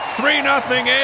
Three-nothing